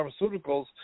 pharmaceuticals